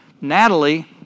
Natalie